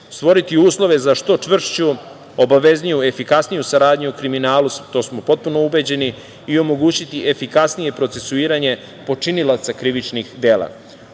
stvoriti uslove za što čvršću, obavezniju, efikasniju saradnju o kriminalu, to smo potpuno ubeđeni, i omogućiti efikasnije procesuiranje počinilaca krivičnih